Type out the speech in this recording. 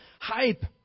hype